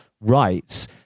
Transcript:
rights